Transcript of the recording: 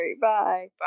Bye